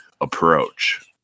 approach